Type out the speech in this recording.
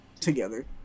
together